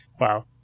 Wow